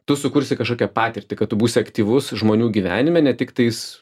tu sukursi kažkokią patirtį kad tu būsi aktyvus žmonių gyvenime ne tiktais